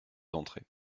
d’entrée